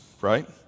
right